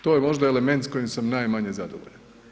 To je možda element s kojim sam najmanje zadovoljan.